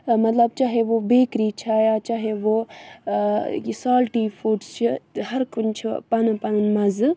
مطلب چاہے وہ بیکری چھا یا چاہے وہ یہِ سالٹی فُڈٕس چھِ ہرکُنہِ چھُ پَنُن پَنُن مَزٕ